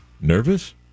Nervous